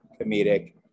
comedic